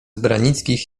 branickich